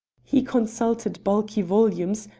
he consulted bulky volumes,